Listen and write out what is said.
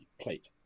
plate